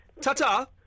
Ta-ta